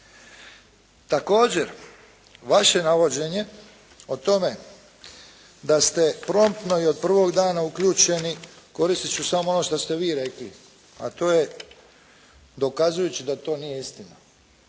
Također, vaše navođenje o tome da ste promptno i od prvog dana uključeni koristit ću samo ono što ste vi rekli a to je dokazujući da to nije istina